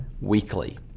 weekly